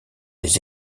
des